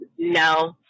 No